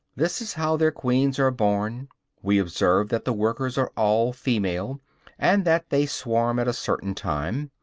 this is how their queens are born we observe that the workers are all females and that they swarm at a certain time.